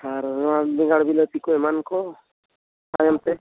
ᱟᱨ ᱱᱚᱣᱟ ᱵᱮᱸᱜᱟᱲ ᱵᱤᱞᱟᱹᱛᱤ ᱠᱚ ᱮᱢᱟᱱ ᱠᱚ ᱛᱟᱭᱚᱢ ᱛᱮ